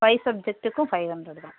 five சப்ஜக்ட்டுக்கும் five hundred தான்